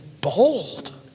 bold